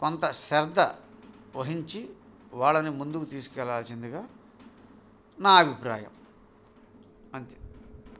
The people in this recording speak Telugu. కొంత శ్రద్ధ వహించి వాళ్ళని ముందుకు తీసుకెళ్ళాల్సిందిగా నా అభిప్రాయం అంతే